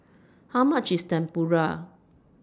How much IS Tempura